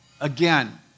Again